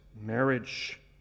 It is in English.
marriage